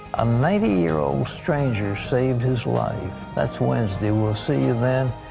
a ninety year old stranger saved his life. that's wednesday. we'll see you then.